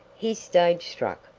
he's stage-struck,